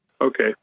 Okay